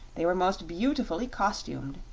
they were most beautifully costumed,